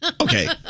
Okay